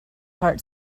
heart